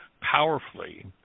powerfully